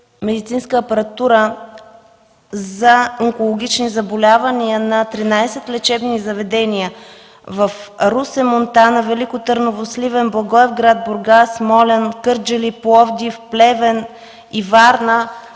медицинска апаратура за онкологични заболявания на 13 лечебни заведения в Русе, Монтана, Велико Търново, Сливен, Благоевград, Бургас, Смолян, Кърджали, Пловдив, Плевен и Варна